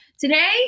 today